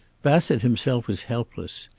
bassett himself was helpless.